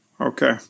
okay